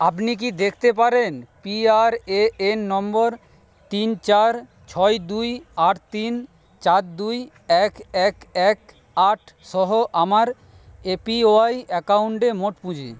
আপনি কি দেখতে পারেন পিআরএএন নম্বর তিন চার ছয় দুই আট তিন চার দুই এক এক এক আট সহ আমার এপিওয়াই অ্যাকাউন্টে মোট পুঁজি